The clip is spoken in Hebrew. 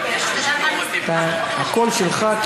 הקול שלך,